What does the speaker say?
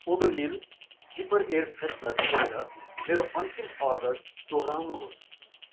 Odonil zipper air freshener छोडेर मेरो अन्तिम अर्डर दोहोराउनुहोस्